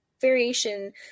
variation